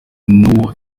n’uwo